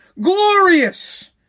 Glorious